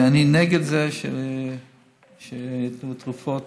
אני נגד זה שייתנו תרופות,